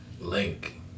Link